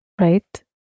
Right